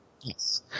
Yes